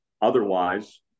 Otherwise